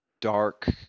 dark